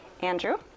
Andrew